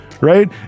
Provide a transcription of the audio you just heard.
right